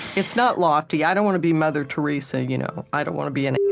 it's not lofty i don't want to be mother teresa you know i don't want to be an